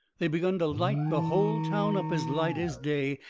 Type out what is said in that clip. they begun to light the whole town up as light as day,